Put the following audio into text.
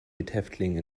mithäftling